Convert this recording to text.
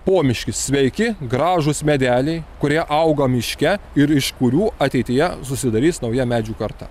pomiškis sveiki gražūs medeliai kurie auga miške ir iš kurių ateityje susidarys nauja medžių karta